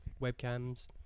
webcams